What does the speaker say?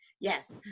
yes